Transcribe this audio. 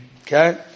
okay